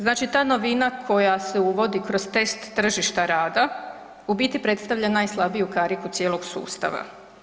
Znači ta novina koja se uvodi kroz test tržišta rada u biti predstavlja najslabiju kariku cijelog sustava.